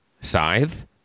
Scythe